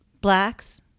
blacks